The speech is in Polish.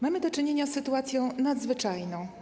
Mamy do czynienia z sytuacją nadzwyczajną.